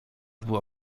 było